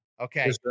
Okay